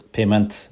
Payment